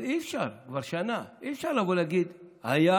אבל אי-אפשר, כבר שנה, אי-אפשר לבוא להגיד: היה